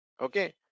okay